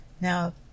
now